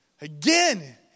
Again